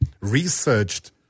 researched